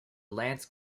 lance